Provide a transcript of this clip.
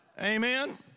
Amen